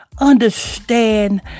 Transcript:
understand